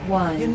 one